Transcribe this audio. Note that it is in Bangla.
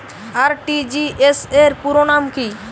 আর.টি.জি.এস র পুরো নাম কি?